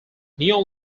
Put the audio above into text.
neon